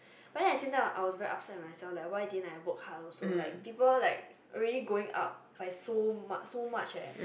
but then I seat down I was very upset myself leh why didn't I work hard also like people like really going up by so much so much leh